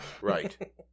right